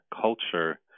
culture